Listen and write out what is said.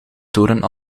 toren